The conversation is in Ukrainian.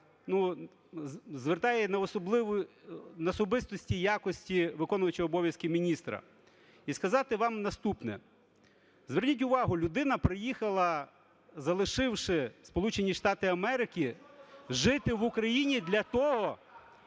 звертає на особистісні якості виконуючого обов'язки міністра, і сказати вам наступне. Зверніть увагу, людина приїхала, залишивши Сполучені Штати Америки, жити в Україні для того,